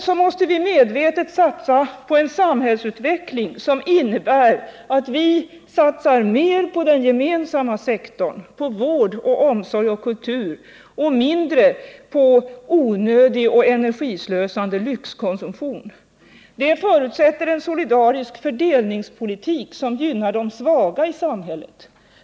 Vi måste medvetet satsa på en samhällsutveckling som innebär att vi satsar mer på den gemensamma sektorn, på vård, omsorg och kultur och mindre på en onödig och energislösande lyxkonsumtion. Det förutsätter en solidarisk fördelningspolitik som gynnar de svaga i samhället.